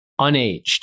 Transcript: Unaged